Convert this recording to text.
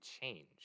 change